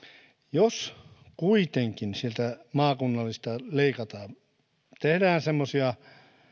jos kuitenkin maakunnallisista leikataan tehdään semmoisia